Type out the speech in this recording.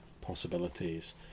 possibilities